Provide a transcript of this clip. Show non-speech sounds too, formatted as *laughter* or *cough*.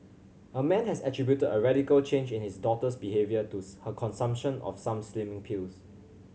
a man has attributed a radical change in his daughter's behaviour to *unintelligible* her consumption of some slimming pills